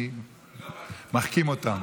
אני מחכים אותם.